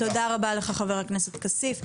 תודה רבה לך חבר הכנסת עופר כסיף,